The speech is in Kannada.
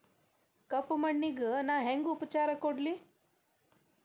ಕಪ್ಪ ಮಣ್ಣಿಗ ನಾ ಹೆಂಗ್ ಉಪಚಾರ ಕೊಡ್ಲಿ?